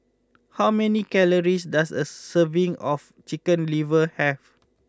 how many calories does a serving of Chicken Liver have